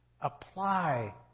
apply